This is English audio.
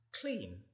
clean